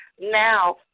now